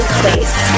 place